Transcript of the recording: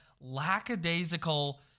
lackadaisical